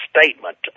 statement